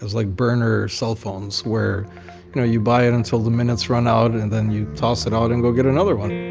like burner cell phones where you know you buy it until the minutes run out and then you toss it out and go get another one.